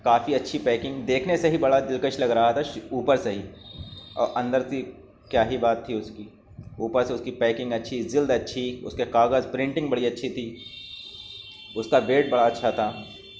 کافی اچھی پیکنگ دیکھنے سے ہی بڑا دلکش لگ رہا تھا اوپر سے ہی اور اندر تھی کیا ہی بات تھی اس کی اوپر سے اس کی پیکنگ اچھی جلد اچھی اس کے کاغذ پرنٹنگ بڑی اچھی تھی اس کا ویٹ بڑا اچھا تھا